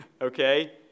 okay